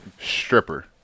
stripper